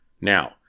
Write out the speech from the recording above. Now